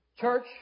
Church